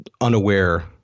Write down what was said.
unaware